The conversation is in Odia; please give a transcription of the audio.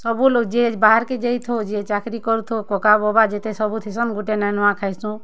ସବୁଲୋକ୍ ଯିଏ ବାହାରକେ ଯାଇଥାଉ ଯିଏ ଚାକିରି କରିଥଉ କକା ବୋବା ଯେତେ ସବୁଥିସନ୍ ଗୁଟେନେ ନୂୂଆ ଖାଇସୁଁ